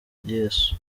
yesu